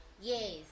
Yes